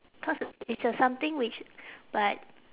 cause i~ it's a something which but